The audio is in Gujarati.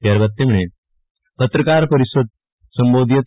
ત્યારબાદ તેમણે પત્રકાર પરિષદને સંબોધી હતી